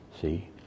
see